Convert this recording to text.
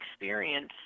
experience